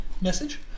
message